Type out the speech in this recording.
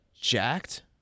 jacked